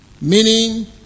Meaning